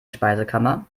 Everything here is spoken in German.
speisekammer